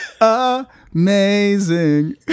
amazing